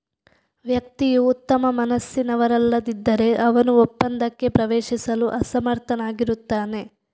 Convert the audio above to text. ವ್ಯಕ್ತಿಯು ಉತ್ತಮ ಮನಸ್ಸಿನವರಲ್ಲದಿದ್ದರೆ, ಅವನು ಒಪ್ಪಂದಕ್ಕೆ ಪ್ರವೇಶಿಸಲು ಅಸಮರ್ಥನಾಗಿರುತ್ತಾನೆ